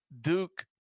Duke